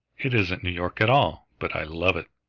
it isn't new york at all, but i love it,